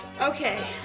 Okay